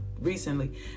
recently